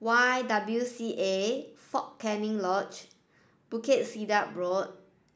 Y W C A Fort Canning Lodge Bukit Sedap Road